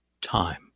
time